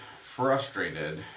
frustrated